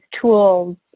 tools